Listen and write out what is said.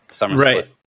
right